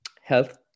health